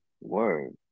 Word